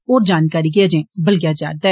होर जानकारी गी अजें बलगेआ जारदा ऐ